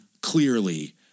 clearly